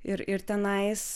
ir ir tenais